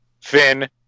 Finn